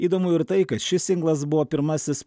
įdomu ir tai kad šis singlas buvo pirmasis